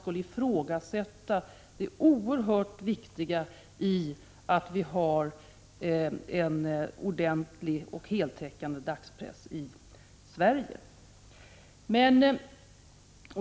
1985/86:105 man skulle ifrågasätta det oerhört viktiga i att vi har en ordentlig och 2 april 1986 heltäckande dagspress i Sverige.